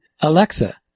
Alexa